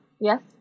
Yes